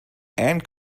and